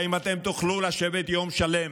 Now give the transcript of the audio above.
האם תוכלו לשבת יום שלם